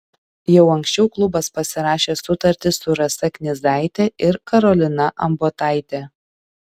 jau anksčiau klubas pasirašė sutartis su rasa knyzaite ir karolina ambotaite